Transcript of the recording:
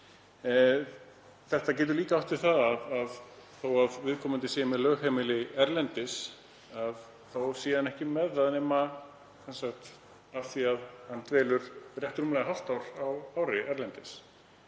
Þetta getur líka átt við það að þó að viðkomandi sé með lögheimili erlendis þá sé hann ekki með það nema af því að hann dvelur rétt rúmlega hálft árið erlendis.